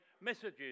messages